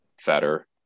fatter